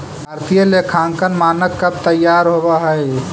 भारतीय लेखांकन मानक कब तईयार होब हई?